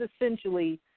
essentially